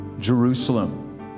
Jerusalem